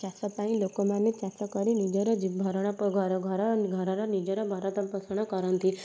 ଚାଷ ପାଇଁ ଲୋକମାନେ ଚାଷ କରି ନିଜର ଜୀ ଭରଣ ପୋ ଘର ଘର ଘରର ନିଜର ଭରତ ପୋଷଣ କରନ୍ତି